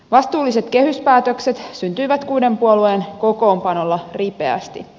vastuulliset kehyspäätökset syntyivät kuuden puolueen kokoonpanolla ripeästi